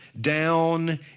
down